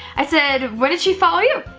i said when did she follow you?